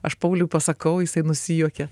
aš pauliui pasakau jisai nusijuokia